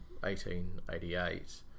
1888